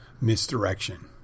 misdirection